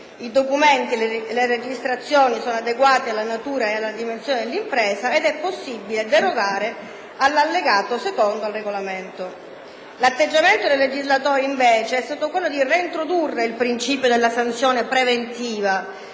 I documenti e le registrazioni sono adeguati alla natura e alla dimensione dell'impresa ed è possibile derogare all'allegato secondo il regolamento. L'atteggiamento del legislatore, invece, è stato quello di reintrodurre il principio della sanzione preventiva,